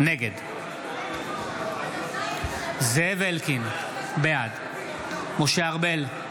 נגד זאב אלקין, בעד משה ארבל,